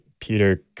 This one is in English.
Peter